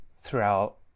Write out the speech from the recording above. throughout